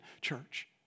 church